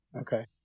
Okay